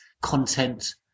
content